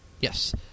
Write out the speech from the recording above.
Yes